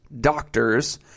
doctors